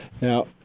Now